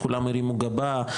כולם הרימו גבה.